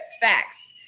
facts